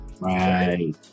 right